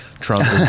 Trump